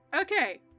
Okay